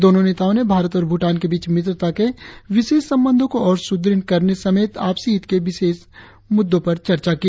दोनो नेताओ ने भारत और भूटान के बीच मित्रता के विशेष संबंधो को और सुदृढ़ करने समेत आपसी हित के विभिन्न मुद्दो पर चर्चा की